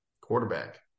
quarterback